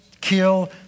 kill